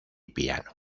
piano